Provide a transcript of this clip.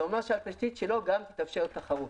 זה אומר שעל התשתית שלו גם תתאפשר תחרות.